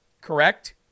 Correct